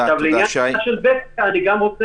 לעניין ההערה של בקי כהן קשת אני רוצה